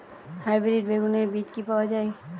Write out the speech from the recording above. Hybrid বেগুনের বীজ কি পাওয়া য়ায়?